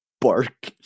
Bark